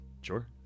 sure